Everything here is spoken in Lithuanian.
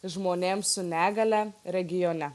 žmonėms su negalia regione